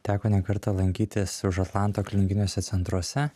teko ne kartą lankytis už atlanto klinikiniuose centruose